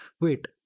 wait